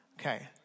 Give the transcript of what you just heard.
Okay